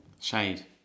Shade